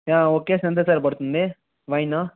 ఆ ఒక కేసు ఎంత సార్ పడుతుంది వైన్